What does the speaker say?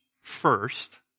first